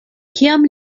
kiam